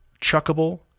chuckable